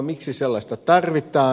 miksi sellaista tarvitaan